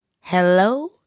Hello